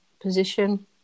position